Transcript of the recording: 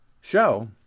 show